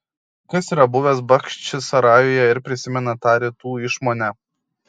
kas yra buvęs bachčisarajuje ir prisimena tą rytų išmonę